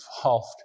involved